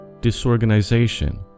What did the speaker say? disorganization